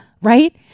right